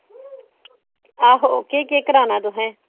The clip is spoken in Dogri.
आहो केह् केह् कराना तुसैं